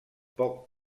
poc